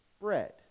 bread